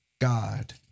God